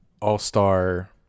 All-Star